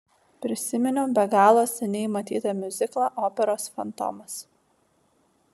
prisiminiau be galo seniai matytą miuziklą operos fantomas